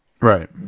Right